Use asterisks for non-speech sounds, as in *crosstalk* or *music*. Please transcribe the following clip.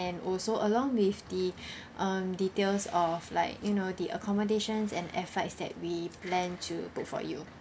and also along with the *breath* um details of like you know the accommodations and air flights that we plan to book for you